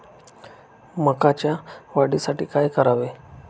मकाच्या वाढीसाठी काय करावे?